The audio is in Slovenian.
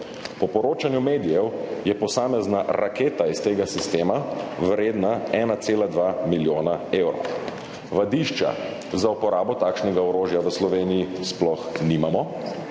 Po poročanju medijev je posamezna raketa iz tega sistema vredna 1,2 milijona evrov. Vadišča za uporabo takšnega orožja v Sloveniji sploh nimamo.